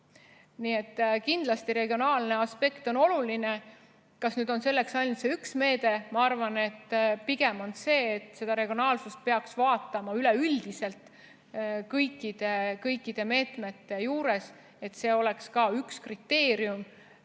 Nii et kindlasti regionaalne aspekt on oluline. Kas selleks on ainult see üks meede? Ma arvan, et pigem peaks regionaalsust vaatama üleüldiselt kõikide meetmete puhul, et see oleks ka üks kriteerium